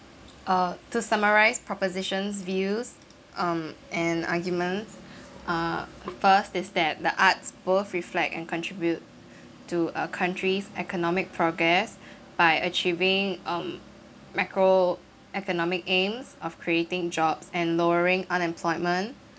uh to summarise preposition's views um and argument uh first is that the arts both reflect and contribute to a country's economic progress by achieving um macroeconomic aims of creating jobs and lowering unemployment